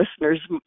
listeners